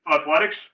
athletics